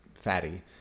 fatty